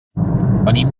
venim